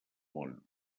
món